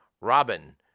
Robin